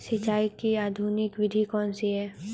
सिंचाई की आधुनिक विधि कौन सी है?